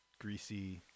greasy